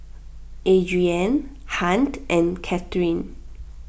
Adrienne Hunt and Kathyrn